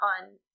on